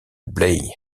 blaye